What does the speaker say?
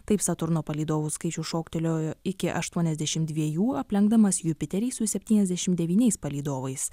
taip saturno palydovų skaičius šoktelėjo iki aštuoniasdešimt dviejų aplenkdamas jupiterį su septyniasdešimt devyniais palydovais